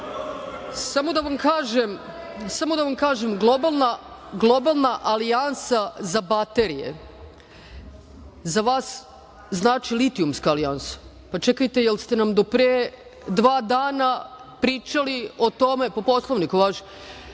Samo da vam kažem - globalna alijansa za baterije za vas znači litijumska alijansa, pa čekajte jel ste nam do pre dva dana pričali o tome…(Radomir